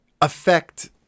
affect